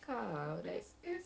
kelakar lah like